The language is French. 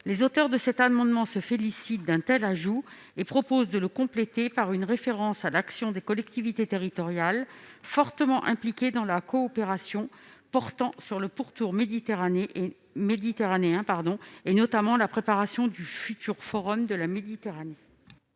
Les auteurs de cet amendement se félicitent d'un tel ajout et proposent de le compléter par une référence à l'action des collectivités territoriales, fortement impliquées dans la coopération portant sur le pourtour méditerranéen, et notamment la préparation du futur Forum de la Méditerranée.